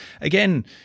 again